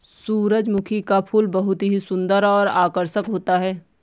सुरजमुखी का फूल बहुत ही सुन्दर और आकर्षक होता है